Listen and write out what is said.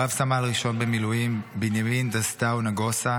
רב-סמל ראשון במילואים בנימין דסטאו נגוסה